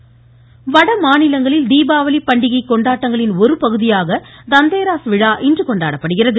தந்தேராஸ் வட மாநிலங்களில் தீபாவளி பண்டிகை கொண்டாட்டங்களின் ஒரு பகுதியாக தந்தேராஸ் விழா இன்று கொண்டாடப்படுகிறது